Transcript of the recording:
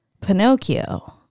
Pinocchio